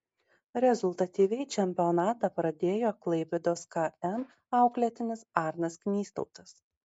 rezultatyviai čempionatą pradėjo klaipėdos km auklėtinis arnas knystautas